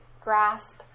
grasp